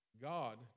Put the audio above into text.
God